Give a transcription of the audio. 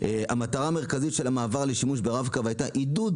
עולה שהמטרה המרכזית של המעבר לשימוש ברב קו הייתה עידוד